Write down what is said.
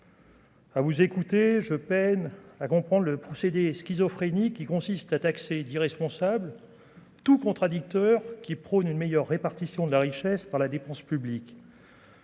à vous écouter, je peine à comprendre le procédé schizophrénie qui consiste à taxer d'irresponsables tout contradicteur qui prône une meilleure répartition de la richesse par la dépense publique.